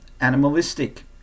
animalistic